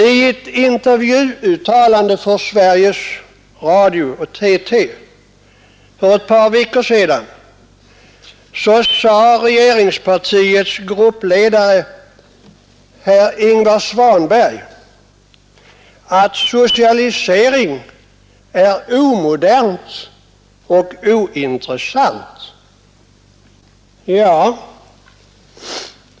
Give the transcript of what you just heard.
I ett intervjuuttalande för Sveriges Radio och TT för ett par veckor sedan sade regeringspartiets gruppledare, herr Ingvar Svanberg, att socialisering är omodernt och ointressant.